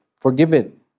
forgiven